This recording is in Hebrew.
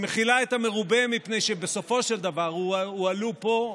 היא מכילה את המרובה מפני שבסופו של דבר הועלו פה,